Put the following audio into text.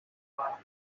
five